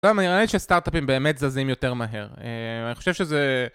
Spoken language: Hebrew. נראה לי שסטארט-אפים באמת זזים יותר מהר אההה, אני חושב שזה...